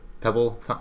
Pebble